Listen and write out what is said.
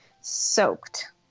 soaked